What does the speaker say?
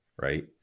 Right